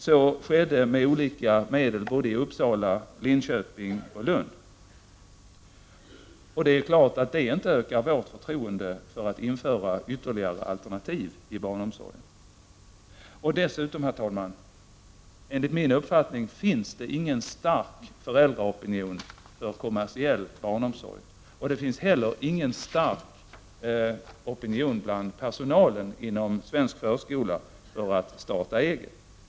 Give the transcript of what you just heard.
Det skedde även med olika medel i Uppsala, Linköping och Lund. Och det är klart att det inte ökar vårt förtroende när det gäller att införa ytterligare alternativ i barnomsorgen. Dessutom finns det inte, herr talman, enligt min uppfattning någon stark föräldraopinion för kommersiell barnomsorg, och det finns inte heller någon stark opinion bland personalen inom svensk förskola för att starta eget.